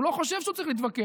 הוא לא חושב שהוא צריך להתווכח.